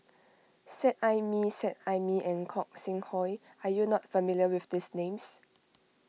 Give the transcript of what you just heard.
Seet Ai Mee Seet Ai Mee and Gog Sing Hooi are you not familiar with these names